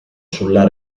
sulla